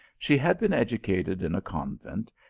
she had been educated in a convent,